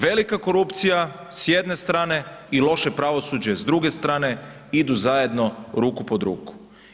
Velika korupcija s jedne strane i loše pravosuđe s druge strane idu zajedno ruku pod ruku.